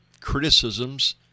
criticisms